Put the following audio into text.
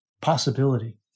possibility